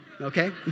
okay